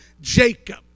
Jacob